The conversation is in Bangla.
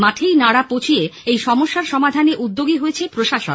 মাঠেই নাড়া পচিয়ে এই সমস্যার সমাধানে উদ্যোগী হয়েছে প্রশাসন